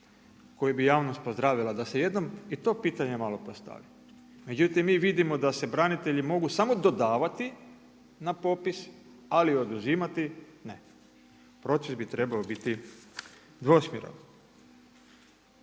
koji bi javnost pozdravila da se jednom i to pitanje malo postavi. Međutim, mi vidimo da se branitelji mogu samo dodavati na popis ali oduzimati ne, proces bi trebao biti dvosmjeran.